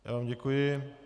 Já vám děkuji.